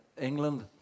England